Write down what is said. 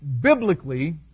biblically